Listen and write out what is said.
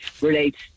relates